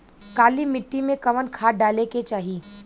काली मिट्टी में कवन खाद डाले के चाही?